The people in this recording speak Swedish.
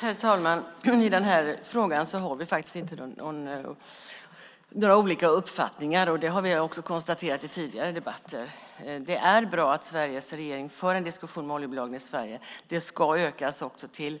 Herr talman! I den här frågan har vi faktiskt inga olika uppfattningar. Det har vi också konstaterat i tidigare debatter. Det är bra att Sveriges regering för en diskussion med oljebolagen i Sverige. Det ska också utökas till